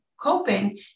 coping